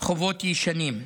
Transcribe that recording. חובות ישנים.